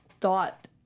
thought